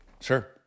sure